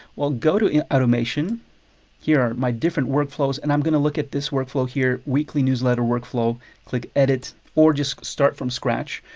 well, go to automation here are my different workflows and i'm going to look at this workflow here. weekly newsletter workflow click edit or just start from scratch.